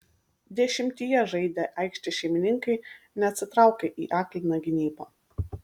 dešimtyje žaidę aikštės šeimininkai neatsitraukė į akliną gynybą